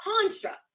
construct